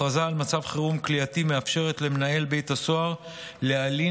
הכרזה על מצב חירום כליאתי מאפשרת למנהל בית סוהר להלין